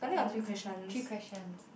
!whoa! that's three questions